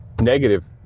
negative